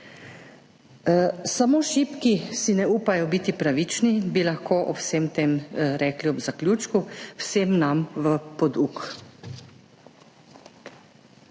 Samo šibki si ne upajo biti pravični, bi lahko ob vsem tem rekli ob zaključku vsem nam v poduk.